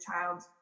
child